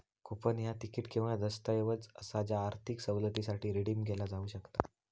coupon ह्या तिकीट किंवा दस्तऐवज असा ज्या आर्थिक सवलतीसाठी रिडीम केला जाऊ शकता